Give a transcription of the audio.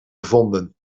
gevonden